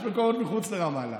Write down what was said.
יש מקומות מחוץ לרמאללה.